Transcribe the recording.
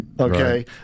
Okay